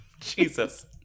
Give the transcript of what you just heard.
Jesus